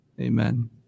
Amen